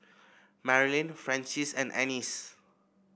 Marilyn Frances and Annice